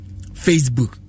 Facebook